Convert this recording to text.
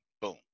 boom